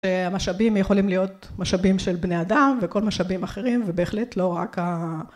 המשאבים יכולים להיות משאבים של בני אדם וכל משאבים אחרים ובהחלט לא רק